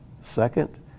Second